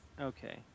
Okay